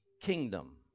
kingdom